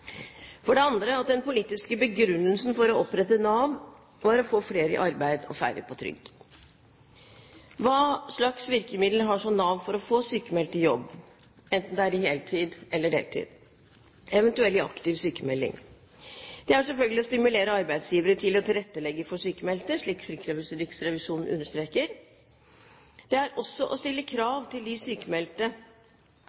for det andre at den politiske begrunnelsen for å opprette Nav var å få flere i arbeid og færre på trygd. Hva slags virkemiddel har så Nav for å få sykmeldte i jobb, enten det er heltid eller deltid, eventuelt aktiv sykmelding? Det er selvfølgelig å stimulere arbeidsgivere til å tilrettelegge for sykmeldte, slik Riksrevisjonen understreker. Det er også stille krav til de sykmeldte om å